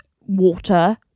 water